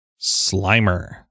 Slimer